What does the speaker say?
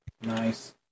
Nice